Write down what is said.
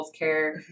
healthcare